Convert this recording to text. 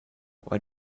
why